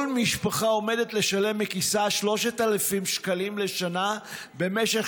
כל משפחה עומדת לשלם מכיסה 3,000 שקלים לשנה במשך